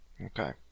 Okay